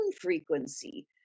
frequency